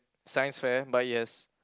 Science fair but yes